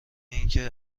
اینکه